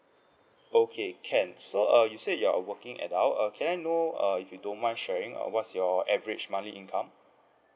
okay can so uh you said you're a working adult err can I know err if you don't mind sharing uh what's your average monthly income